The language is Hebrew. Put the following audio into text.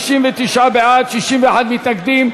59 בעד, 61 מתנגדים.